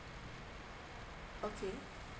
okay